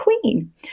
queen